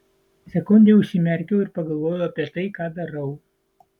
sekundei užsimerkiau ir pagalvojau apie tai ką darau